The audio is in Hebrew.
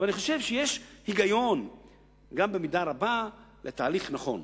ואני חושב שיש היגיון במידה רבה גם לתהליך נכון.